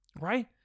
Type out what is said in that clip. right